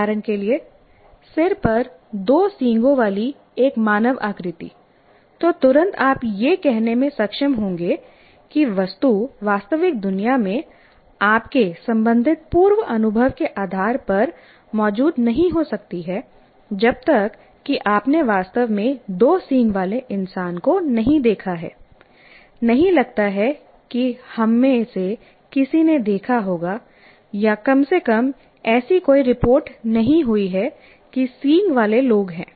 उदाहरण के लिए सिर पर दो सींगों वाली एक मानव आकृति तो तुरंत आप यह कहने में सक्षम होंगे कि वस्तु वास्तविक दुनिया में आपके संबंधित पूर्व अनुभव के आधार पर मौजूद नहीं हो सकती है जब तक कि आपने वास्तव में दो सींग वाले इंसान को नहीं देखा है नहीं लगता है कि हममें से किसी ने देखा होगा या कम से कम ऐसी कोई रिपोर्ट नहीं हुई है कि सींग वाले लोग हैं